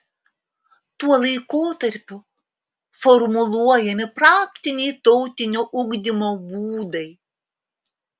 tuo laikotarpiu formuluojami praktiniai tautinio ugdymo būdai